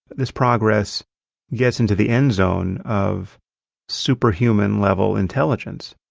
this progress gets into the end zone of super human level intelligence.